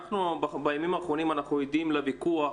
בימים האחרונים אנחנו עדים לוויכוח